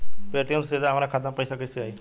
Paytm से सीधे हमरा खाता मे पईसा कइसे आई?